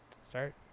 start